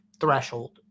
threshold